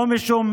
לא משום